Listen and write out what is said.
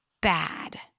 bad